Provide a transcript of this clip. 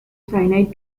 cyanide